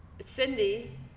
Cindy